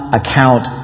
account